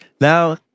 Now